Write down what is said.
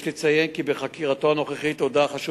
יש לציין כי בחקירתו הנוכחית הודה החשוד